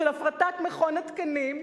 להפרטת מכון התקנים,